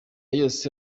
yose